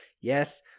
yes